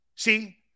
See